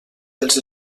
els